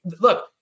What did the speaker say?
look